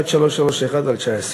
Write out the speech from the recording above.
פ/1331/19.